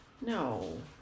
no